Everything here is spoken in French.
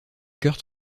kurt